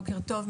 בוקר טוב,